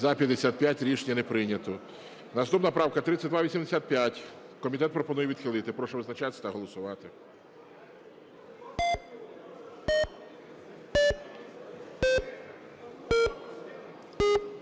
За-55 Рішення не прийнято. Наступна правка 3285. Комітет пропонує відхилити. Прошу визначатись голосувати.